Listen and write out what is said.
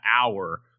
hour